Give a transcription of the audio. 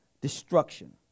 destruction